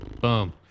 boom